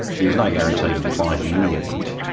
there's no guarantee to the client in any event.